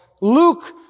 Luke